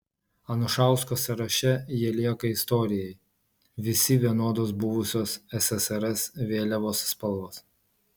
anušausko sąraše jie lieka istorijai visi vienodos buvusios ssrs vėliavos spalvos